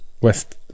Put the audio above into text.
West